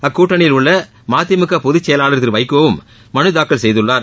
அக்கூட்டணியில் உள்ள மதிமுக பொதுச் செயலாளர் திரு வைகோவும் மனுதாக்கல் செய்துள்ளார்